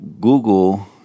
Google